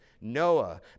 Noah